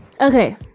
okay